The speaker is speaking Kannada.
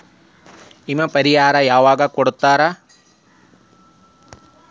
ವಿಮೆ ಪರಿಹಾರ ಯಾವಾಗ್ ಕೊಡ್ತಾರ?